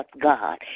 God